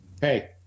Hey